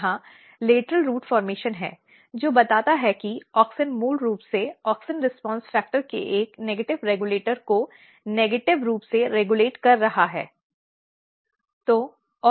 यहां lateral root गठन है जो बताता है कि ऑक्सिन मूल रूप से ऑक्सिन रीस्पॉन्स फ़ैक्टर के एक नकारात्मक रेगुलेटर को नकारात्मक रूप से रेगुलेट कर रहा है